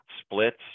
splits